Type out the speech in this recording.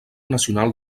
nacional